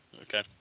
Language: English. Okay